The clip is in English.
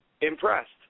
impressed